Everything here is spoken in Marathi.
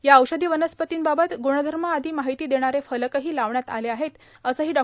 या औषधी वनस्पतींबाबत ग्णधर्म आदी माहिती देणारे फलकही लावण्यात आले आहेतए असंही डॉ